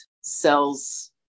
sells